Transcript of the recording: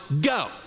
go